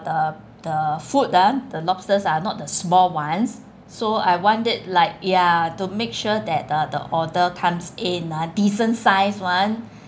the the food ah the lobsters are not the small ones so I want it like ya to make sure that the order comes in ah decent sized [one]